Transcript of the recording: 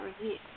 review